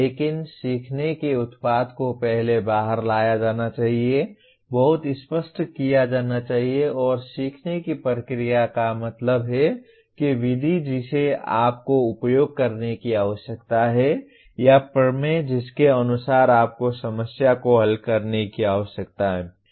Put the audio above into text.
लेकिन सीखने के उत्पाद को पहले बाहर लाया जाना चाहिए बहुत स्पष्ट किया जाना चाहिए और सीखने की प्रक्रिया का मतलब है कि विधि जिसे आपको उपयोग करने की आवश्यकता है या प्रमेय जिसके अनुसार आपको समस्या को हल करने की आवश्यकता है